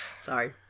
Sorry